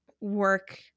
work